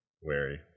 wary